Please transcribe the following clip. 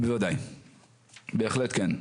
בהחלט כן.